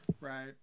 Right